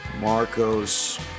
Marcos